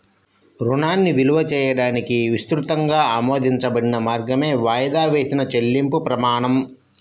రుణాన్ని విలువ చేయడానికి విస్తృతంగా ఆమోదించబడిన మార్గమే వాయిదా వేసిన చెల్లింపు ప్రమాణం